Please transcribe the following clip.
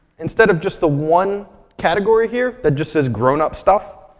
instead of just the one category here, that just says grown up stuff,